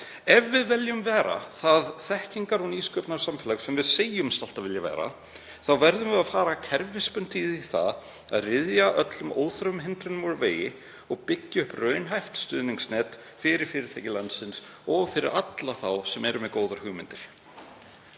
Ef við viljum vera það þekkingar- og nýsköpunarsamfélag sem við segjumst alltaf vilja vera þá verðum við að fara kerfisbundið í það að ryðja öllum óþörfum hindrunum úr vegi og byggja upp raunhæft stuðningsnet fyrir fyrirtæki landsins og fyrir alla þá sem eru með góðar hugmyndir.